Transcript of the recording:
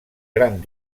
gran